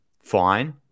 Fine